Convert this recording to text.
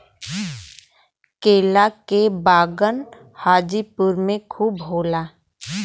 केला के बगान हाजीपुर में खूब होला